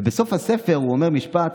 בסוף הספר הוא אומר משפט: